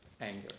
anger